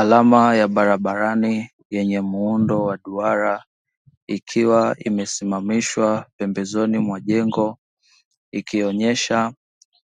Alama ya barabarani, yenye muundo wa duara ikiwa imesimamishwa pembezoni mwa jengo ikionyesha